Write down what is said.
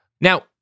Now